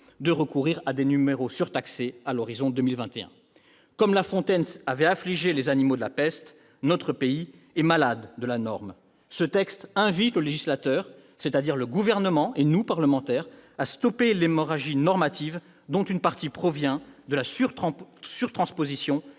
de recourir à des numéros surtaxés à l'horizon 2021. Comme La Fontaine avait affligé les animaux de la peste, notre pays est malade de la norme. Ce texte invite le législateur, c'est-à-dire le Gouvernement et nous, parlementaires, à stopper l'hémorragie normative, dont une partie provient de la surtransposition